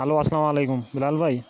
hello اسلام علیکُم بِلال بَے